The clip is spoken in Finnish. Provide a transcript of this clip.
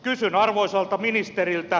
kysyn arvoisalta ministeriltä